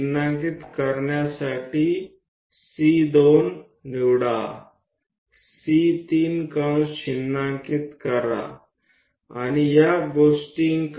C1 લો ચાપ બનાવો C2 લો ચાપ બનાવો C3 લો ચાપ બનાવો અને તે રીતે